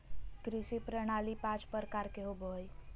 कृषि प्रणाली पाँच प्रकार के होबो हइ